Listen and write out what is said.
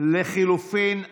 לחלופין א'